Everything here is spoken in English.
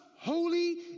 Holy